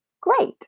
great